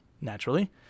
naturally